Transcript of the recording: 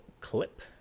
clip